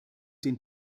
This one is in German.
den